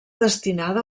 destinada